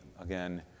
again